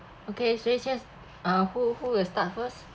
okay so it's just ah who who will start first